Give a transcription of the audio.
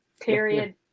Period